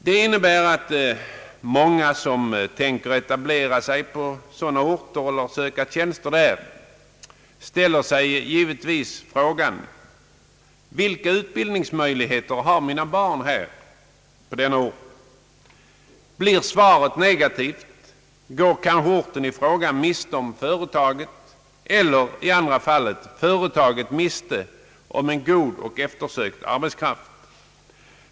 Detta medför givetvis att många som tänker etablera sig eller söka tjänster på sådana orter undrar vilka utbildningsmöjligheter deras barn kan få där. Blir svaret negativt, går kanske orten miste om företaget eller, i det andra fallet, företaget miste om en god och eftersökt arbetskraft.